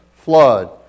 Flood